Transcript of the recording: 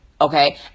Okay